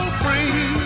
free